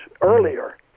earlier